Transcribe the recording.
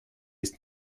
ist